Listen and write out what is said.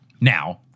Now